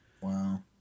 Wow